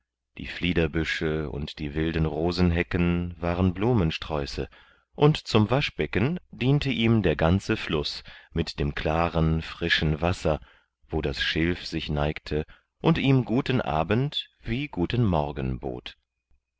die fliederbüsche und die wilden rosenhecken waren blumensträuße und zum waschbecken diente ihm der ganze fluß mit dem klaren frischen wasser wo das schilf sich neigte und ihm guten abend wie guten morgen bot